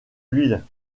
l’huile